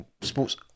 Sports